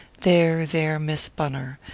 there, there, miss bunner.